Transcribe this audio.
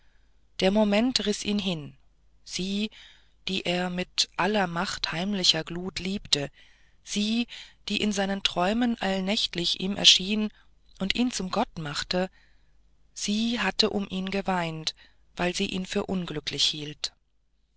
der moment riß ihn hin sie die er mit aller macht heimlicher glut liebte sie die in seinen träumen allnächtlich ihm erschien und ihn zum gott machte sie hatte um ihn geweint weil sie ihn für unglücklich hielt